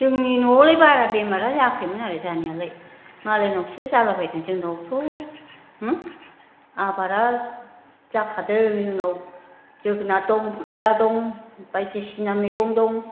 जोंनि न'आवलाय बारा बेमारा जायाखैमोन आरो जानायालाय मालायनावसो जालाबायदों जोंनावथ' आबादा जाखादों जोंनाव जोगोनार दं खुमब्रा दं बायदिसिना मैगं दं